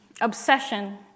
obsession